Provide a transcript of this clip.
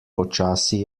počasi